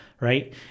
right